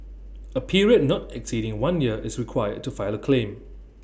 A period not exceeding one year is required to file A claim